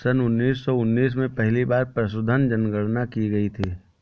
सन उन्नीस सौ उन्नीस में पहली बार पशुधन जनगणना की गई थी